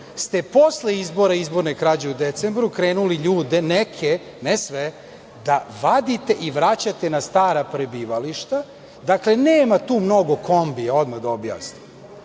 ste posle izbora i izborne krađe u decembru krenuli ljude neke, ne sve, da vadite i vraćate na stara prebivališta. Dakle, nema tu mnogo kombija, odmah da objasnim.